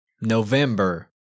november